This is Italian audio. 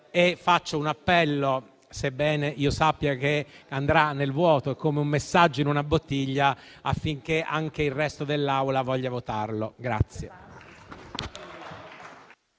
faccio un appello, sebbene io sappia che andrà nel vuoto come un messaggio in una bottiglia, affinché anche il resto dell'Assemblea voglia votarlo.